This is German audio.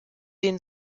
den